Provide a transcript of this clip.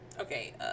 Okay